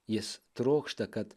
jis trokšta kad